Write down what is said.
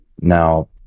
now